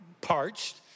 parched